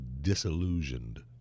disillusioned